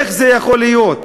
איך יכול להיות